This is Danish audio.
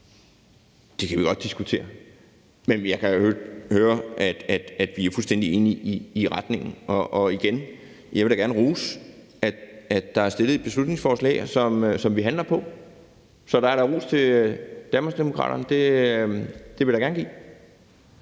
år, kan vi godt diskutere. Men jeg kan jo høre, at vi er fuldstændig enige om retningen. Og igen vil jeg sige, at jeg da gerne vil rose, at der er fremsat et beslutningsforslag, og det handler vi på. Så der er da ros til Danmarksdemokraterne; det vil jeg da gerne give.